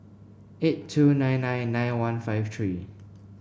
eight two nine nine nine one five three